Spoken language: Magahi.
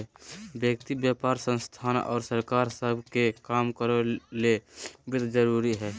व्यक्ति व्यापार संस्थान और सरकार सब के काम करो ले वित्त जरूरी हइ